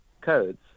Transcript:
codes